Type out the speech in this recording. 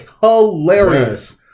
hilarious